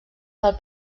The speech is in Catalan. del